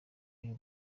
y’u